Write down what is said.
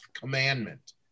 commandment